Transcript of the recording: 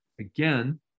Again